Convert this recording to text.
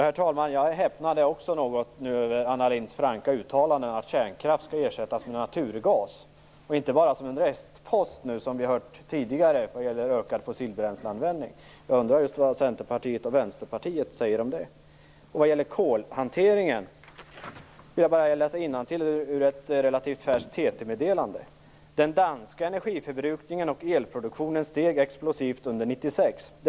Herr talman! Också jag häpnade något över Anna Lindhs franka uttalande om att kärnkraft skall ersättas med naturgas. Nu är det inte bara en restpost, vilket vi har hört tidigare när det gäller ökad fossilbränsleanvändning. Jag undrar just vad Centerpartiet och Vänsterpartiet säger om det. Vad gäller kolhanteringen vill jag läsa ur ett relativt färskt TT-meddelande: Den danska energiförbrukningen och elproduktionen steg explosivt under 1996.